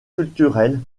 culturel